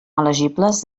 elegibles